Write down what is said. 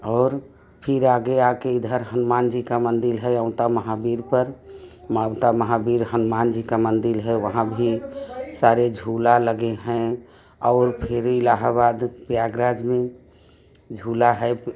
और फिर आगे आके इधर हनुमान जी का मंदिर है आउता महावीर पर मावता महाबीर हनुमान जी का मंदिर है वहाँ भी सारे झूला लगे है और फिर इलाहाबाद प्रयागराज में झूला है